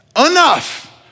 enough